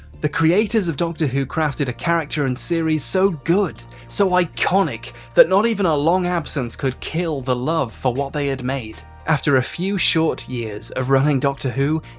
the creators of doctor who crafted a character and series so good, so iconic that not even a long absence could kill the love for what they had made. after a few short years of running doctor who?